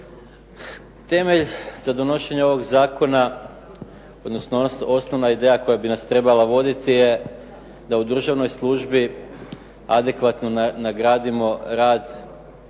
Temelj za donošenje ovog zakona odnosno osnovna ideja koja bi nas trebala voditi je da u državnoj službi adekvatno nagradimo rad